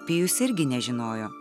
pijus irgi nežinojo